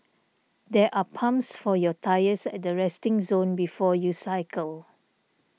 there are pumps for your tyres at the resting zone before you cycle